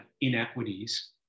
inequities